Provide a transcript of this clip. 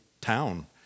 town